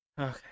Okay